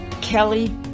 Kelly